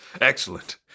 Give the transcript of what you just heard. Excellent